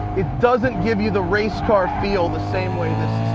it doesn't give you the race car feel the same way this